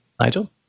nigel